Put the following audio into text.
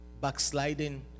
Backsliding